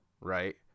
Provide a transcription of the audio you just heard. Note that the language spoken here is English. right